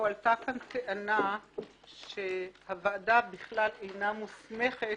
הועלתה כאן טענה שהוועדה בכלל אינה מוסמכת